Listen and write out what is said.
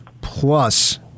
plus